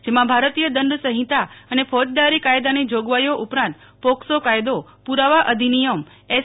જેમાં ભારતીય દંડ સહિતા અને ફોજદારી કાયદાની જોગવાહીઓ ઉપરાંત પોકસો કાયદો પુરાવા અધિનિયમ એસ